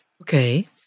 Okay